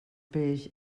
peix